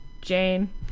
Jane